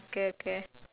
okay okay